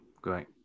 great